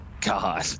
God